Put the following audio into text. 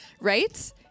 Right